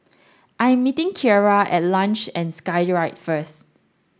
I am meeting Kierra at Luge and Skyride first